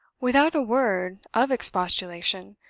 without a word of expostulation,